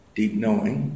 deep-knowing